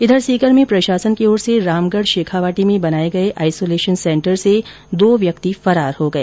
इधर सीकर में प्रशासन की ओर से रामगढ़ शेखावाटी में बनाए गए आइसोलेशन सेंटर से दो व्यक्ति फरार हो गए